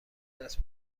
دست